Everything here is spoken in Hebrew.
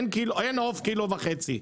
אין עוף קילו וחצי.